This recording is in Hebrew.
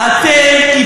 למה אתם נשארים פה?